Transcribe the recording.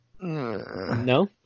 No